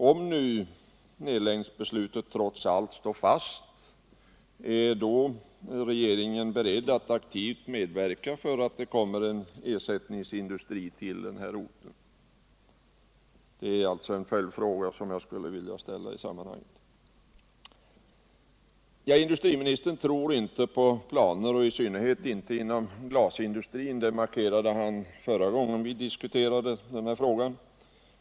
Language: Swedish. Om nu nedläggningsbeslutet trots allt står fast, är regeringen då beredd att aktivt medverka till att det kommer en ersättningsindustri till den här orten? Det är en följdfråga som jag vill ställa i sammanhanget. Industriministern tror inte på planer, i synnerhet inte inom glasindustrin; det markerade han förra gången vi diskuterade den här frågan.